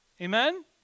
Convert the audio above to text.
Amen